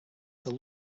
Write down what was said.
this